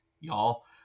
y'all